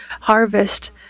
harvest